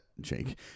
Jake